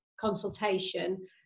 consultation